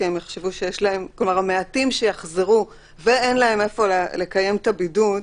כלומר מעטים שיחזרו ואין להם איפה לקיים את הבידוד,